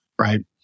right